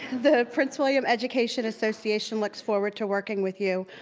the prince william education association looks forward to working with you.